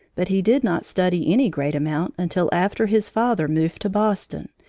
but he did not study any great amount until after his father moved to boston,